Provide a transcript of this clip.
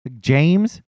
James